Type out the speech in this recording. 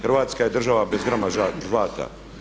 Hrvatska je država bez grama zlata.